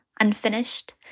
unfinished